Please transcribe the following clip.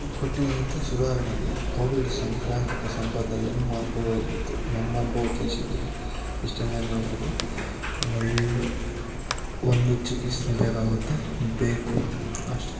ಕೊಟ್ಟಿದೆ ಅಂತ ಸುಧಾರಣೆಗೆ ಕೋವಿಡ್ ಸಾಂಕ್ರಾಮಿಕ ಸಂಬಂಧ ನಿಮ್ಮ ಅನುಭವ ಹೇಗಿತ್ತು ನಮ್ಮ ಅನುಭವ ತಿಳ್ಸಿದ್ದೀವಿ ಇಷ್ಟೇ ನಾನು ಹೇಳೋದು ಒಳ್ಳೆಯ ಒಂದು ಚಿಕಿತ್ಸೆ ಬೇಕಾಗುತ್ತೆ ಬೇಕು ಅಷ್ಟೇ